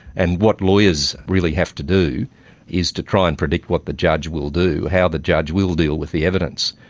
and what lawyers really have to do is to try and predict what the judge will do, how the judge will will deal with the evidence.